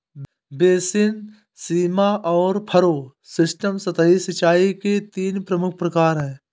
basin, सीमा और furrow system सतही सिंचाई के तीन प्रमुख प्रकार है